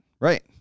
right